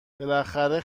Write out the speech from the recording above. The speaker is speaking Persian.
بالاخره